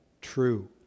true